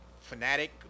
fanatic